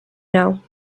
know